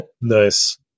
Nice